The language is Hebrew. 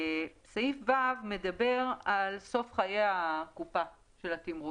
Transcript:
סעיף קטן (ו) מדבר על סוף חיי קופת התמרוץ.